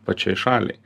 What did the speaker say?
pačiai šaliai